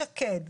עבירות נשק,